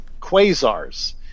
quasars